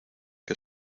que